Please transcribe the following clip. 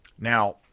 Now